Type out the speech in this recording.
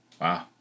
wow